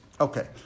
okay